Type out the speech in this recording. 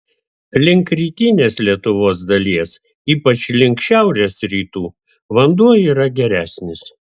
link rytinės lietuvos dalies ypač link šiaurės rytų vanduo yra geresnis